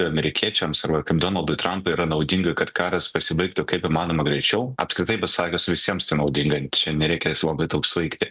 amerikiečiams arba kaip donaldui trampui yra naudinga kad karas pasibaigtų kaip įmanoma greičiau apskritai pasakius visiems tai naudinga čia nereikia labai daug svaigti